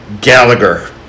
Gallagher